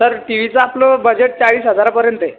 sir T वीचं आपलं budget चाळीस हजारापर्यंत आहे